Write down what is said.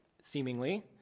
seemingly